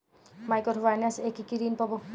Micro finance এ কি কি ঋণ পাবো?